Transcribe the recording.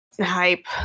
hype